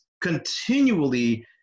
continually